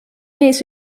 mees